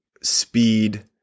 speed